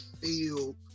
feel